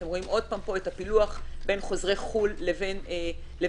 אתם רואים עוד פעם פה את הפילוח בין חוזרי חו"ל לבין הקהילה.